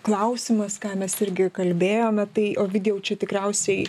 klausimas ką mes irgi kalbėjome tai ovidijau čia tikriausiai